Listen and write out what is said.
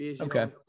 Okay